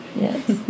Yes